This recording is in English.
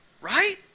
right